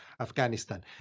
Afghanistan